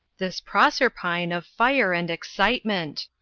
this proserpine of fire and excitement!